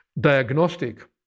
diagnostic